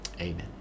amen